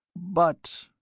but